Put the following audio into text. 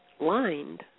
lined